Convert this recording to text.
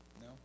no